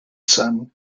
son